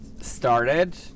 started